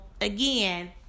again